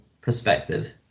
perspective